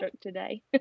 today